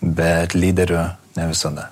bet lyderiu ne visada